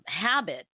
habit